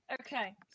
Okay